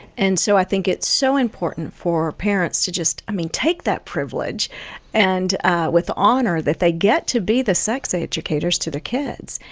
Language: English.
and so i think it's so important for parents to just i mean take that privilege and with honor that they get to be the sex educators to their kids,